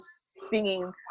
singing